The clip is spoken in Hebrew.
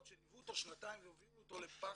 שליוו אותו שנתיים והובילו אותו לפח.